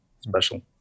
special